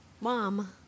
Mom